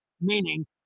meaning